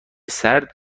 سرد